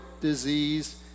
disease